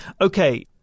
Okay